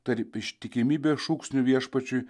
tarp ištikimybės šūksnių viešpačiui